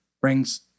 brings